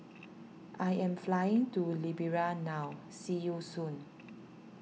I am flying to Liberia now see you soon